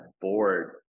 bored